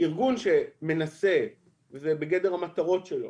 ארגון שמנסה וזה בגדר המטרות שלו,